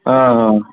आं आं